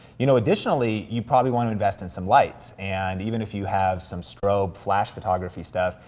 you know additionally, you probably wanna invest in some lights, and even if you have some strobe, flash photography stuff,